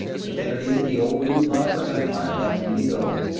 if there is the old brute lust for empire left in any builder,